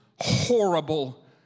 horrible